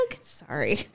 Sorry